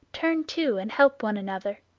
turn to and help one another.